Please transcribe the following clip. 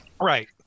Right